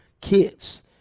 kids